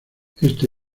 este